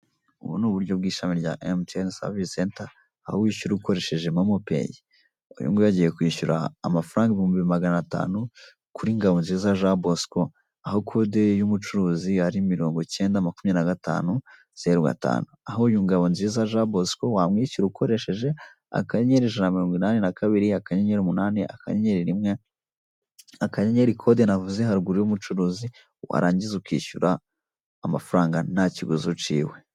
Ubu ni uburyo bw'ishami rya mtn sevisi center ahowishyura ukoresheje mo mopeyi uyungu yu agiye kwishyura amafaranga ibihumbi magana atanu kuri ngabonziza jean bosco aho code y'umucuruzi ari mirongo icyenda makumyabiri na gatanu zeru gatanu. aho uyu ngabonziza jean bosco wamwishyura ukoresheje akanyeri ijana na mirongo inani na kabiri akanyenyeri umunani akanyeri rimwe, code navuze haruguru y'umucuruzi warangiza ukishyura amafaranga nta kiguzi uciwe.